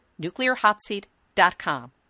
NuclearHotSeat.com